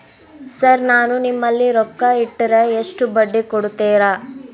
Sir ನಾನು ನಿಮ್ಮಲ್ಲಿ ರೊಕ್ಕ ಇಟ್ಟರ ಎಷ್ಟು ಬಡ್ಡಿ ಕೊಡುತೇರಾ?